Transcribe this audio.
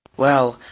well,